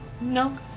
No